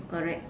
correct